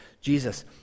Jesus